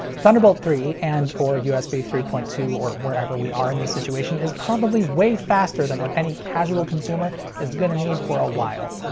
thunderbolt three and or usb three point two or wherever we are in this situation is probably way faster than what any casual consumer is gonna need for a while.